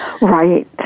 Right